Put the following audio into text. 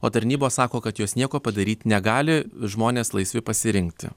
o tarnybos sako kad jos nieko padaryt negali žmonės laisvi pasirinkti